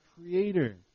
Creator